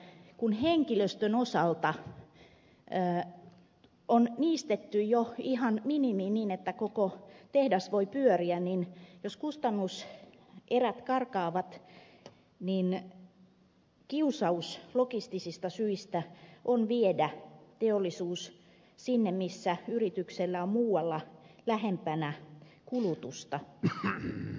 kun henkilöstön osalta on niistetty jo ihan minimiin niin että koko tehdas voi pyöriä niin jos kustannuserät karkaavat kiusaus on logistisista syistä viedä teollisuus sinne missä yrityksellä on muualla lähempänä kulutusta yritystoimintaa